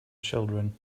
children